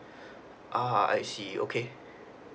uh I see okay